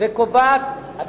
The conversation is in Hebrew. וקובעת כי